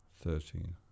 Thirteen